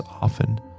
often